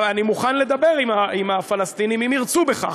אני מוכן לדבר עם הפלסטינים, אם ירצו בכך.